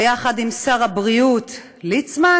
יחד עם שר הבריאות ליצמן.